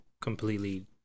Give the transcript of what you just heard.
completely